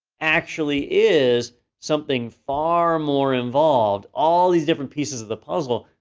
actually is something far more involved. all these different pieces of the puzzle,